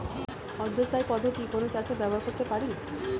অর্ধ স্থায়ী পদ্ধতি কোন চাষে ব্যবহার করতে পারি?